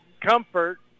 comfort